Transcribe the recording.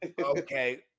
Okay